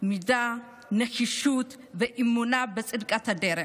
מידה של נחישות ושל אמונה בצדקת הדרך,